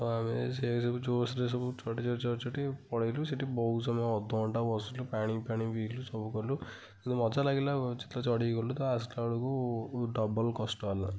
ତ ଆମେ ସେ ସବୁ ଜୋଶ୍ରେ ସବୁ ଚଢ଼ି ଚଢ଼ି ଚଢ଼ି ଚଢ଼ି ପଳେଇଲୁ ସେଠି ବହୁତ ସମୟ ଅଧ ଘଣ୍ଟା ବସିଲୁ ପାଣିଫାଣି ପିଇଲୁ ସବୁ କଲୁ କିନ୍ତୁ ମଜା ଲାଗିଲା ଯେତେବେଳେ ଚଢ଼ିକି ଗଲୁ ତ ଆସିଲା ବେଳକୁ ଡବଲ୍ କଷ୍ଟ ହେଲା